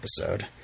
episode